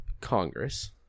Congress